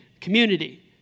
community